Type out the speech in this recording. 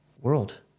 world